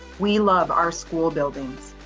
we love our school buildings.